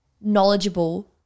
knowledgeable